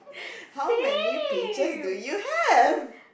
how many peaches do you have